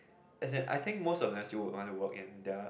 as and I think most of them still would want to in the